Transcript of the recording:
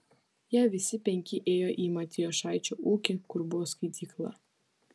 jie visi penki ėjo į matijošaičio ūkį kur buvo skaitykla